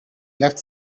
left